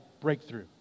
breakthrough